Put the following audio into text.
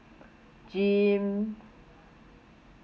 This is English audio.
gym